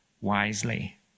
wisely